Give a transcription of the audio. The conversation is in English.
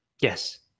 Yes